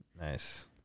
nice